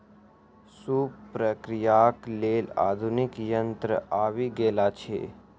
सूप प्रक्रियाक लेल आधुनिक यंत्र आबि गेल अछि